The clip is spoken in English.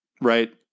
right